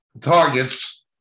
targets